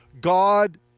God